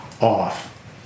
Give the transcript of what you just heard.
off